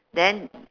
then